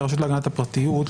כרשות להגנת הפרטיות,